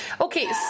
okay